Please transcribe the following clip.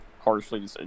harshly